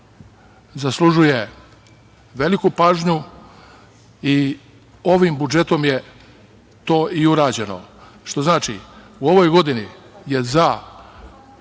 zaslužuje veliku pažnju i ovim budžetom je to i urađeno. U ovoj godini je za